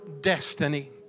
destiny